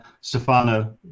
Stefano